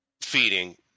feeding